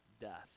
death